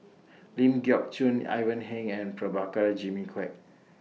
Ling Geok Choon Ivan Heng and Prabhakara Jimmy Quek